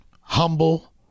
humble